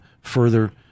further